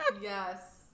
Yes